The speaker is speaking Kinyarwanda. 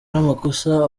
n’amakosa